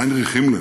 היינריך הימלר.